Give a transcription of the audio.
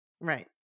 Right